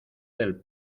del